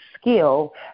skill